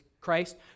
Christ